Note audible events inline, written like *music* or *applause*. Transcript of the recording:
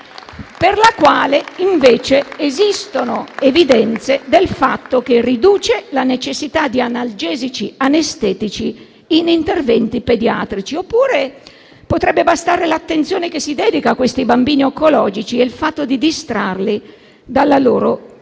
per la quale, invece, esistono evidenze del fatto che riduce la necessità di analgesici ed anestetici in interventi pediatrici. *applause* Oppure, potrebbe bastare l'attenzione che si dedica a questi bambini oncologici e il fatto di distrarli dalla loro malattia.